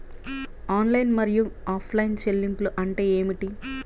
Online మరియు offline చెల్లింపులు అంటే ఏమిటి?